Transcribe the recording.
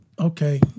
Okay